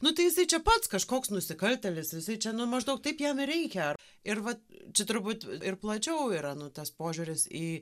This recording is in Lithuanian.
nu tai jisai čia pats kažkoks nusikaltėlis visi čia nu maždaug taip jam ir reikia ar ir vat čia turbūt ir plačiau yra nu tas požiūris į